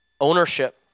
Ownership